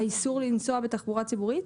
האיסור לנסוע בתחבורה ציבורית?